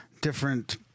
different